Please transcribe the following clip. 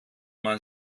man